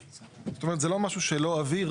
זאת אומרת, זה לא משהו שלא עביר